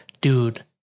Dude